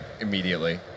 immediately